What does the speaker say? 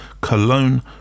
Cologne